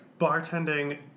bartending